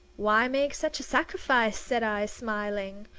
why make such a sacrifice? said i, smiling.